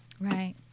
Right